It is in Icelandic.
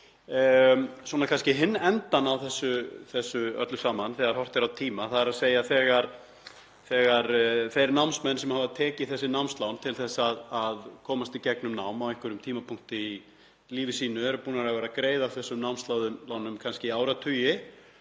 um kannski hinn endann á þessu öllu saman þegar horft er á tíma, þ.e. þegar námsmenn sem hafa tekið þessi námslán til að komast í gegnum nám á einhverjum tímapunkti í lífi sínu eru búnir að vera að greiða af þessum námslánum kannski í áratugi.